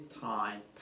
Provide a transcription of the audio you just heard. time